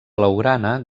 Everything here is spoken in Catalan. blaugrana